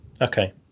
Okay